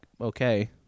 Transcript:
okay